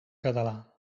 català